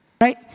right